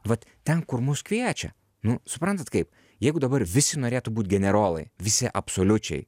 vat ten kur mus kviečia nu suprantat kaip jeigu dabar visi norėtų būt generolai visi absoliučiai